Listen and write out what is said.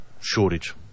shortage